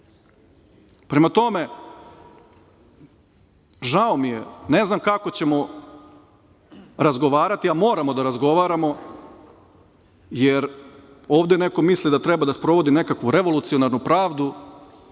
danas. Prema tome, žao mi je, ne znam kako ćemo razgovarati, a moramo da razgovaramo, jer ovde neko misli da treba da sprovodi neku revolucionarnu pravdu